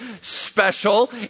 special